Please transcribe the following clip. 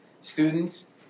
students